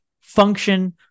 Function